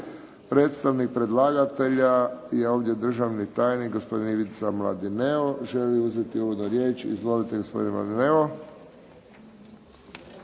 Predstavnik predlagatelja je ovdje državni tajnik gospodin Ivica Mladineo. Želi li uzeti uvodnu riječ? Izvolite, gospodine Mladineo.